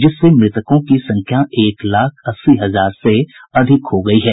जिससे मृतकों की संख्या एक लाख अस्सी हजार से अधिक हो गई हैं